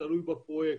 תלוי בפרויקט.